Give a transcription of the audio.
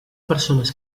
persones